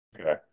okay